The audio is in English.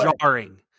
jarring